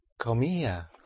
Comia